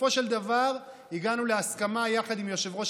בסופו של דבר הגענו להסכמה יחד עם יושב-ראש